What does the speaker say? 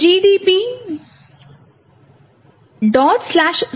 எனவே நாம் gdb